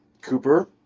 Cooper